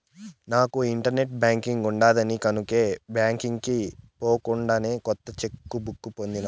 నాకు internet banking ఉండిన్నాది కనుకే బాంకీకి పోకుండానే కొత్త చెక్ బుక్ పొందినాను